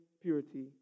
purity